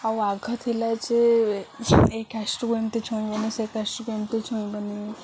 ଆଉ ଆଗ ଥିଲା ଯେ ଏଇ କାଷ୍ଟ୍କୁ ଏମିତି ଛୁଇଁବନି ସେ କାଷ୍ଟ୍କୁ ଏମିତି ଛୁଁଇବନି